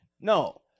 No